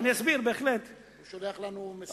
הוא שולח לנו מסרים.